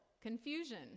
confusion